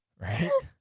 Right